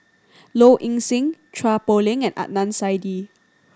Low Ing Sing Chua Poh Leng and Adnan Saidi